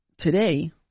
Today